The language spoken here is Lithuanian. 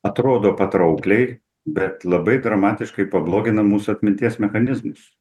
atrodo patraukliai bet labai dramatiškai pablogina mūsų atminties mechanizmus